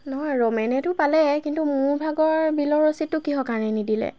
নহয় ৰমেনেতো পালে কিন্তু মোৰ ভাগৰ বিলৰ ৰচিদতো কিহৰ কাৰণে নিদিলে